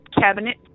cabinet